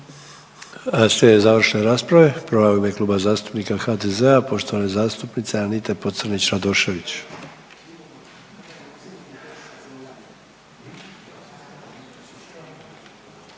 Slijede završne rasprave, prva je u ime Kluba zastupnika HDZ-a poštovane zastupnice Anite Pocrnić Radošević.